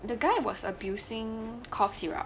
the guy was abusing cough syrup